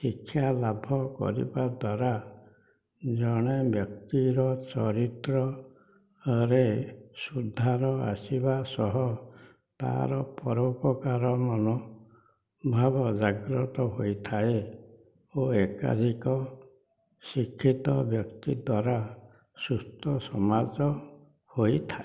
ଶିକ୍ଷାଲାଭ କରିବା ଦ୍ଵାରା ଜଣେ ବ୍ୟକ୍ତିର ଚରିତ୍ରରେ ସୁଧାର ଆସିବା ସହ ତାର ପରୋପକାର ମନୋଭାବ ଜାଗ୍ରତ ହୋଇଥାଏ ଓ ଏକାଧିକ ଶିକ୍ଷିତ ବ୍ୟକ୍ତି ଦ୍ଵାରା ସୁସ୍ଥ ସମାଜ ହୋଇଥାଏ